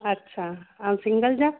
अच्छा ऐं सिंगल जा